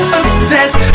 obsessed